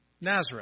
Nazareth